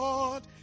Lord